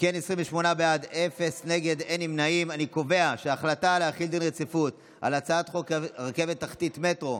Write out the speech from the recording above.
הודעת הממשלה על רצונה להחיל דין רציפות על הצעת חוק רכבת תחתית (מטרו)